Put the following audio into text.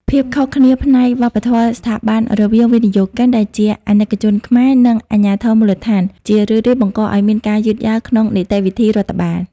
ភាពខុសគ្នាផ្នែក "វប្បធម៌ស្ថាប័ន" រវាងវិនិយោគិនដែលជាអាណិកជនខ្មែរ និងអាជ្ញាធរមូលដ្ឋាន ជារឿយៗបង្កឱ្យមានការយឺតយ៉ាវក្នុងនីតិវិធីរដ្ឋបាល។